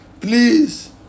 please